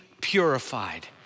purified